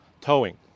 towing